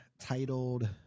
titled